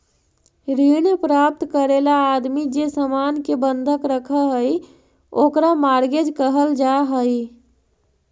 ऋण प्राप्त करे ला आदमी जे सामान के बंधक रखऽ हई ओकरा मॉर्गेज कहल जा हई